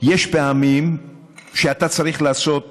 יש פעמים שאתה צריך לעשות